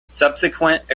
subsequent